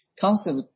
concept